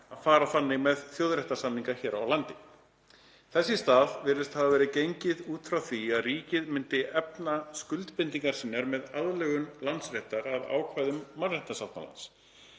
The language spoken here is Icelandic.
að fara þannig með þjóðréttarsamninga hér á landi. Þess í stað virðist hafa verið gengið út frá því að ríkið mundi efna skuldbindingar sínar með aðlögun landsréttar að ákvæðum mannréttindasáttmálans.